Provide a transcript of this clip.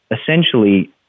essentially